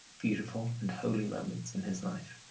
beautiful and holy moments in his life.